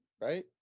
right